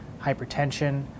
hypertension